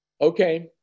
Okay